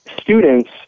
students